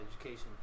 education